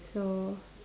so